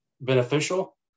beneficial